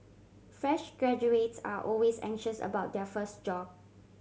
fresh graduates are always anxious about their first job